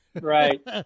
Right